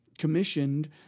commissioned